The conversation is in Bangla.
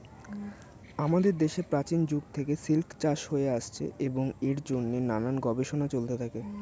আমাদের দেশে প্রাচীন যুগ থেকে সিল্ক চাষ হয়ে আসছে এবং এর জন্যে নানান গবেষণা চলতে থাকে